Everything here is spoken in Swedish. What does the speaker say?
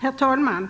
Herr talman!